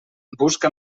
busca